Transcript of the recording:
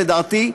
לדעתי,